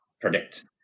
predict